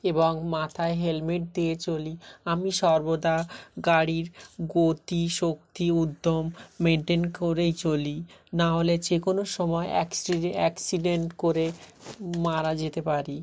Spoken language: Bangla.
এবং মাথায় হেলমেট দিয়ে চলি আমি সর্বদা গাড়ির গতি শক্তি উদ্যম মেনটেন করেই চলি নাহলে যে কোনও সময় অ্যাক্সিডেন্ট করে মারা যেতে পারি